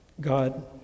God